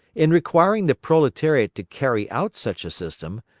in requiring the proletariat to carry out such a system,